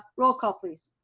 roll call please.